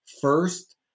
first